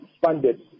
funded